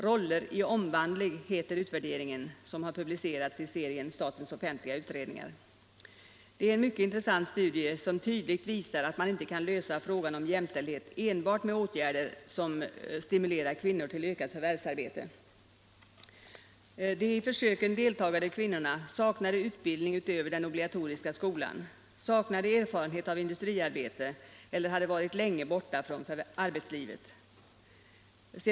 ”Roller i omvandling” heter utvärderingen som publicerats i serien Statens offentliga utredningar. Det är en mycket intressant studie, som tydligt visar att man inte kan lösa frågan om jämställdhet enbart med åtgärder som stimulerar kvinnor till ökat förvärsarbete. De i försöket deltagande kvinnorna saknade utbildning utöver den obligatoriska skolan, saknade erfarenhet av industriarbete eller hade varit borta från arbetslivet länge.